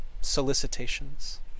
solicitations